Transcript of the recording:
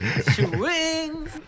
Swing